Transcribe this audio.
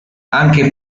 anche